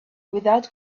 without